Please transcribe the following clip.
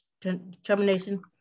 determination